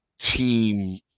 team